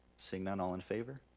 seeing none, all in favor?